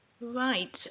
Right